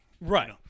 Right